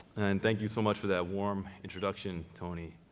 and thank you so much for that warm introduction tony.